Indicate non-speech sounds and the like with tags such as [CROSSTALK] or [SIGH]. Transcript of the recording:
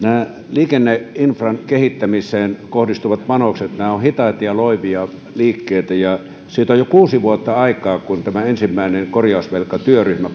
liikenneinfran kehittämiseen kohdistuvat panokset ovat hitaita ja loivia liikkeitä ja siitä on jo kuusi vuotta aikaa kun tämä ensimmäinen korjausvelkatyöryhmä [UNINTELLIGIBLE]